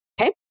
Okay